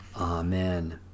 Amen